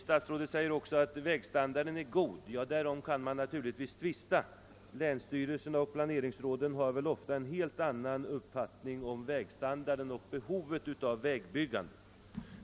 Statsrådet sade också att vägstandarden är god, men därom kan man nog tvista. Länsstyrelserna och planerings råden har ofta en helt annan uppfattning om vägstandarden och behovet av vägbyggande.